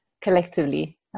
collectively